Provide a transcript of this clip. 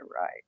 right